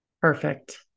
Perfect